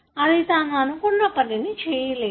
అది తాను అనుకున్న పనిని చేయలేదు